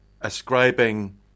Ascribing